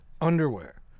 underwear